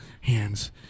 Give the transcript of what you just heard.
hands